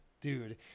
dude